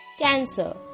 CANCER